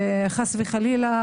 חס וחלילה,